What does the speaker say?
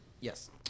Yes